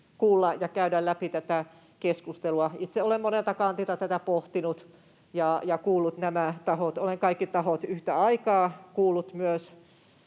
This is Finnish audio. ja käydä läpi tätä keskustelua. Itse olen monelta kantilta tätä pohtinut ja kuullut nämä tahot. Olen kaikki tahot kuullut yhtä